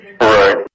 Right